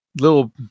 little